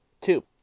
Two